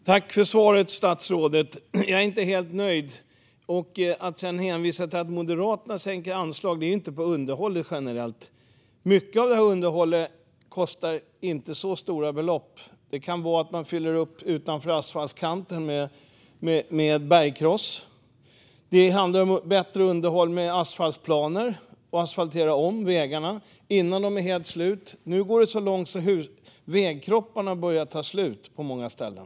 Fru talman! Jag tackar statsrådet för svaret, men jag är inte helt nöjd. Det hänvisas här till att Moderaterna sänker anslagen, men det gäller inte underhållet. Mycket av underhållet kostar inte så stora belopp. Det kan vara fråga om att fylla upp med bergkross utanför asfaltskanten. Det kan vara fråga om bättre underhåll med hjälp av asfaltsplaner och att asfaltera om vägarna innan de är helt slut. Nu går det så långt så att vägkropparna börjar ta slut på många ställen.